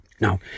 Now